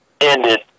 ended